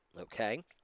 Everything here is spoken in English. okay